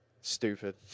Stupid